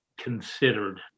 considered